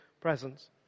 Presence